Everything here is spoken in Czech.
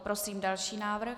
Prosím další návrh.